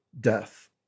death